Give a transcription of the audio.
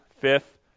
fifth